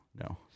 no